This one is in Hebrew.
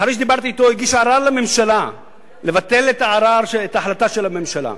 אחרי שדיברתי אתו הוא הגיש ערר לממשלה לבטל את ההחלטה של הממשלה.